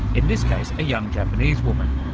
in this case a young japanese woman.